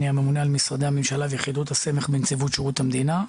אני הממונה על משרדי הממשלה ויחידות הסמך בנציבות שירות המדינה.